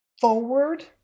forward